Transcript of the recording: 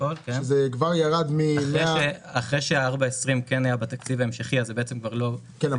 אחרי ש-4.20 כן היה בתקציב ההמשכי זה בעצם כבר לא --- כן,